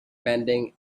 bending